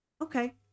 Okay